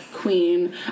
queen